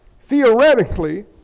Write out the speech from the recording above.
theoretically